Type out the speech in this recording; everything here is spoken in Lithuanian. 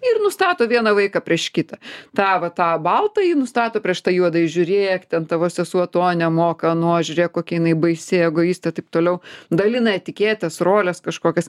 ir nustato vieną vaiką prieš kitą tą va tą baltąjį nustato prieš tai juodąjį žiūrėk ten tavo sesuo to nemoka ano žiūrėk kokia jinai baisi egoistė taip toliau dalina etiketes roles kažkokias